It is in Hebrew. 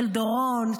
של דורון,